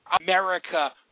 America